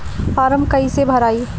Form कईसे भराई?